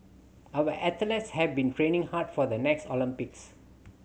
our athletes have been training hard for the next Olympics